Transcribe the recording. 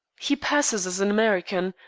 he passes as an american,